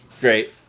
Great